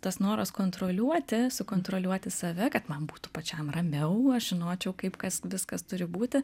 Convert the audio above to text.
tas noras kontroliuoti sukontroliuoti save kad man būtų pačiam ramiau aš žinočiau kaip kas viskas turi būti